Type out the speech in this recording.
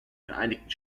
vereinigten